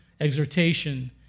exhortation